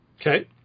Okay